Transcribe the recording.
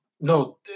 No